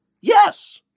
Yes